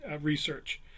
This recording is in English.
research